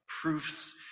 proofs